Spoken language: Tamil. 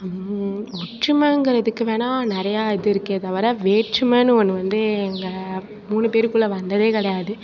ஒற்றுமைங்குறதுக்கு வேணா நிறையா இது இருக்கே தவிர வேற்றுமைனு ஒன்று வந்து எங்கள் மூணு பேருக்குள்ளே வந்ததே கிடையாது